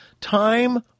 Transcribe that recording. Time